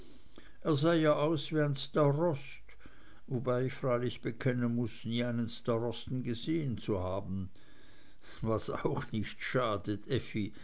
ja aus wie ein starost wobei ich freilich bekennen muß nie einen starosten gesehen zu haben was auch nicht schadet